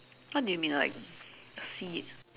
what do you mean like see it